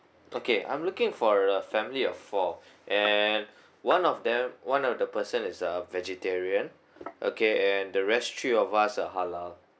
okay I'm looking for a family of four and one of them one of the person is a vegetarian okay and the rest three of us are halal